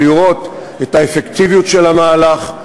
לראות את האפקטיביות של המהלך,